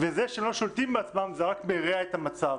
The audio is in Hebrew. וזה שהם לא שולטים בעצמם זה רק מרע את המצב.